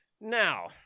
Now